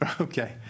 Okay